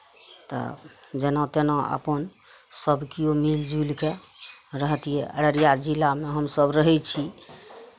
तऽ जेना तेना अपन सभ किओ मिलि जुलि कऽ रहितियै अररिया जिलामे हमसभ रहै छी